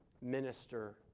minister